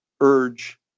urge